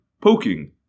poking